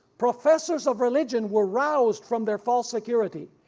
professors of religion were roused from their false security.